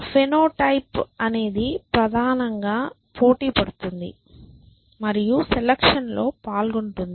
phenotype అనేది ప్రధానంగా పోటీపడుతుంది మరియు సెలక్షన్లో పాల్గొంటుంది